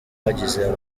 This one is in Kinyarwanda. hagize